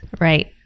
Right